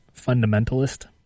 fundamentalist